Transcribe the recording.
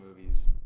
movies